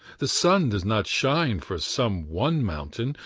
the sun does not shine for some one mountain,